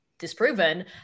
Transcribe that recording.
disproven